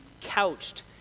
couched